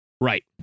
Right